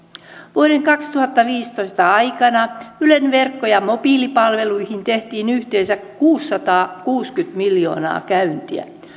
vuoden kaksituhattaviisitoista aikana ylen verkko ja mobiilipalveluihin tehtiin yhteensä kuusisataakuusikymmentä miljoonaa käyntiä